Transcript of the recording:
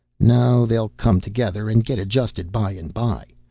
no, they'll come together and get adjusted by and by.